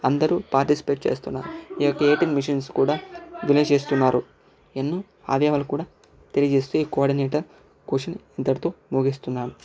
అందరూ పార్టిసిపేట్ చేస్తున్నారు ఈ యొక్క ఏటీఎం మిషిన్స్ కూడా దీన్ని చేస్తున్నారు ఎన్నో అవయవాలు కూడా తెలియజేసే కోఆర్డినేటర్ కోషన్ ఇంతటితో ముగిస్తున్నాను